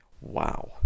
wow